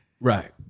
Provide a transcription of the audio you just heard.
Right